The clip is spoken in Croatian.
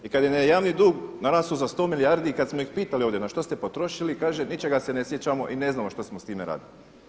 I kada je javni dug narastao za 100 milijardi i kada smo ih pitali na što ste potrošili kaže ničega se ne sjećamo i ne znamo što smo s time radili.